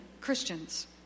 Christians